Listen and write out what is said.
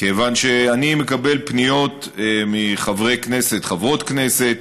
כיוון שאני מקבל פניות מחברי כנסת, חברות כנסת,